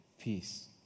Peace